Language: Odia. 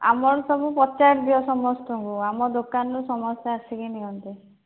ଆମର ସବୁ ପଚାରିଦିଅ ସମସ୍ତଙ୍କୁ ଆମ ଦୋକାନରୁ ସମସ୍ତେ ଆସିକି ନିଅନ୍ତି